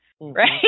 right